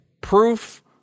proof